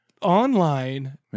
Online